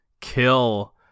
kill